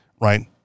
right